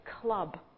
club